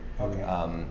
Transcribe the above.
Okay